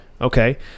Okay